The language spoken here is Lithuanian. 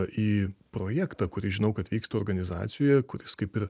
į projektą kuris žinau kad vyksta organizacijoje kuris kaip ir